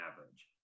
average